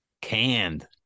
canned